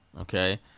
Okay